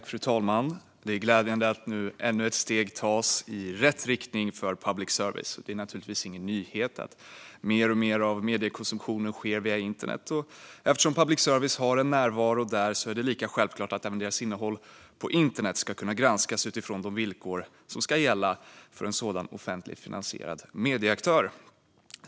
Fru talman! Det är glädjande att ännu ett steg i rätt riktning nu tas för public service. Det är naturligtvis ingen nyhet att mer och mer av mediekonsumtionen sker via internet, och eftersom public service har en närvaro där är det lika självklart att även innehållet på internet ska kunna granskas utifrån de villkor som ska gälla för en sådan offentligt finansierad medieaktör.